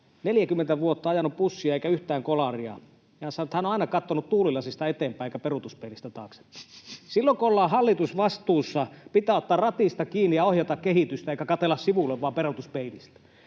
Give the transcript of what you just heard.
40 vuotta ajanut bussia eikä yhtään kolaria. Hän sanoi, että hän on aina katsonut tuulilasista eteenpäin eikä peruutuspeilistä taaksepäin. Silloin, kun ollaan hallitusvastuussa, pitää ottaa ratista kiinni ja ohjata kehitystä, eikä vain katsella sivulle peruutuspeilistä.